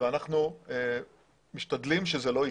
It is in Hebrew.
ואנחנו משתדלים שזה לא יקרה.